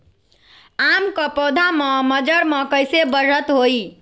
आम क पौधा म मजर म कैसे बढ़त होई?